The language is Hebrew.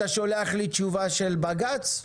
אתה שולח לי תשובה של בג"ץ?